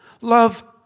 Love